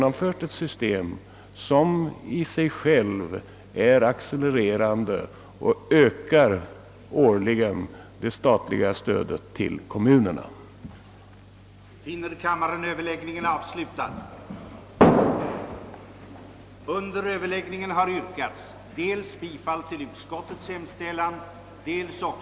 Och det system vi nu infört är så konstruerat, att det statliga stödet till kommunerna automatiskt ökar år från år.